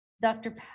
Dr